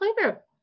flavor